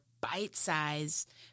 bite-sized